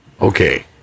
Okay